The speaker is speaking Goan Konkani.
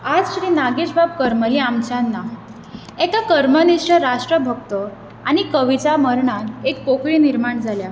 आज श्री नागेश बाब करमली आमच्यांत ना एक करमनीश्ट राष्ट्रभक्त आनी कवीच्या मरणान एक पोखळी निर्माण जाल्या